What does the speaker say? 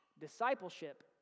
Discipleship